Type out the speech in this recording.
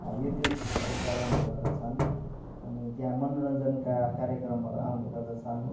युटुबहरू चलाउने गर्दछन् अनि त्या मनोरञ्जनका कार्यक्रमहरू आउने गर्दछन्